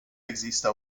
există